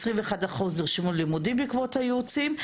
21 אחוז נרשמו ללימודים בעקבות הייעוצים,